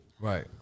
Right